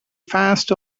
fast